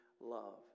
love